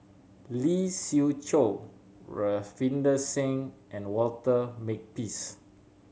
Lee Siew Choh Ravinder Singh and Walter Makepeace